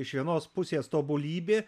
iš vienos pusės tobulybė